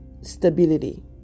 stability